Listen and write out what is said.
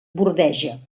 bordeja